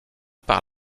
par